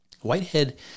Whitehead